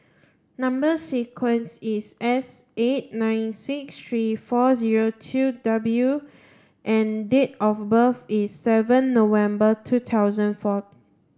number sequence is S eight nine six three four zero two W and date of birth is seven November two thousand four